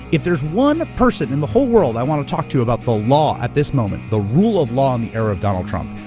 if there's one person in the whole world i want to talk to about the law at this moment, the rule of law in the era of donald trump,